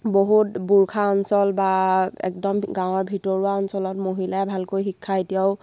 বহুত বোৰ্খা অঞ্চল বা একদম গাঁৱৰ ভিতৰুৱা অঞ্চলত মহিলাই ভালকৈ শিক্ষা এতিয়াও